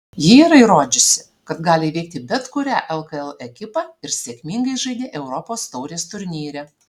ji yra įrodžiusi kad gali įveikti bet kurią lkl ekipą ir sėkmingai žaidė europos taurės turnyre